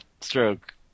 stroke